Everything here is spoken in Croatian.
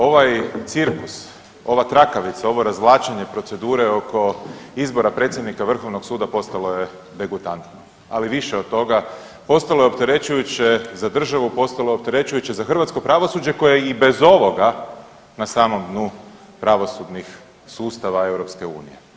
Ovaj cirkus, ova trakavica, ovo razvlačenje procedure oko izbora predsjednika vrhovnog suda postalo je degutantno, ali više od toga postalo je opterećujuće za državu, postalo je opterećujuće za hrvatsko pravosuđe koje je i bez ovoga na samom dnu pravosudnih sustava EU.